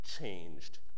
changed